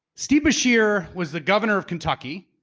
steve beshear was the governor of kentucky.